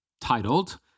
titled